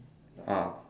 ah